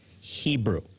Hebrew